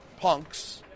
punks